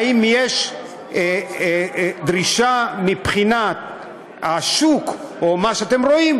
האם יש דרישה מבחינת השוק או מה שאתם רואים,